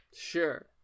Sure